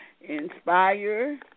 inspire